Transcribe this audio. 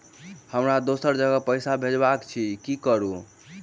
हमरा दोसर जगह पैसा भेजबाक अछि की करू?